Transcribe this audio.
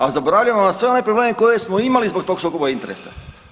A zaboravljamo na sve one probleme koje smo imali zbog tog sukoba interesa.